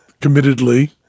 committedly